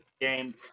game